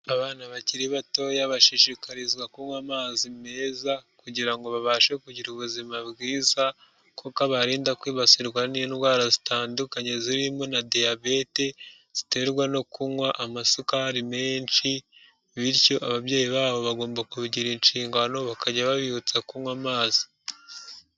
Abana bakiri batoya bashishikarizwa kunywa amazi meza kugira ngo babashe kugira ubuzima bwiza kuko abarinda kwibasirwa n'indwara zitandukanye zirimo na diyabete ziterwa no kunywa amasukari menshi bityo ababyeyi babo bagomba kubigira inshingano bakajya babibutsa kunywa amazi.